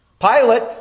Pilate